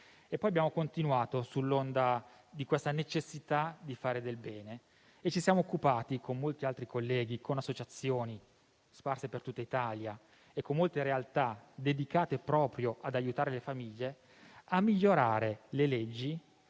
Poi abbiamo continuato, sull'onda della necessità di fare del bene e ci siamo occupati, con molti altri colleghi, con associazioni sparse in tutta Italia e con molte realtà dedicate proprio ad aiutare le famiglie, a migliorare le leggi,